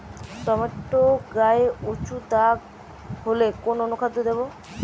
Tomato গায়ে উচু দাগ হলে কোন অনুখাদ্য দেবো?